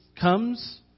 comes